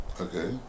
Okay